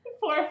four